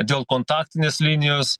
dėl kontaktinės linijos